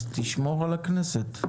אז תשמור על הכנסת.